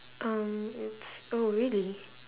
um it's oh really